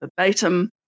verbatim